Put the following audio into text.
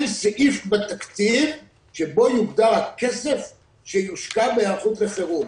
סעיף בתקציב שבו יוגדר הכסף שיושקע בהיערכות לחירום.